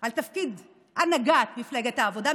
על תפקיד הנהגת מפלגת העבודה.